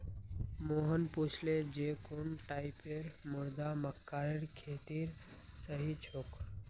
मोहन पूछले जे कुन टाइपेर मृदा मक्कार खेतीर सही छोक?